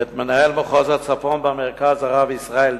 ואת מנהל מחוז הצפון במרכז הרב ישראל דרעי,